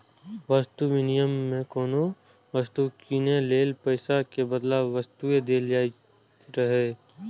वस्तु विनिमय मे कोनो वस्तु कीनै लेल पैसा के बदला वस्तुए देल जाइत रहै